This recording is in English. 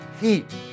heat